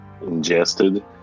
ingested